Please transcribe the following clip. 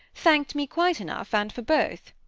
thanked me quite enough and for both?